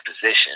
position